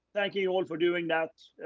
thank you you all for doing that.